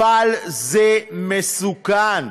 אבל זה מסוכן.